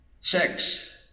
Six